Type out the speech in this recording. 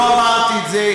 לא אמרתי את זה,